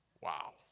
Wow